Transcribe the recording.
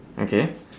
okay